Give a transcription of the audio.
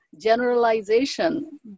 generalization